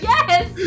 Yes